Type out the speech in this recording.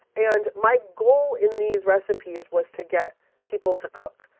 and my goal in these recipes was to get people to cook.